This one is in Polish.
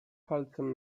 palcem